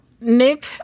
Nick